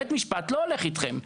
בית משפט לא הולך אתכם.